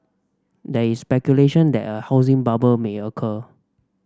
there is speculation that a housing bubble may occur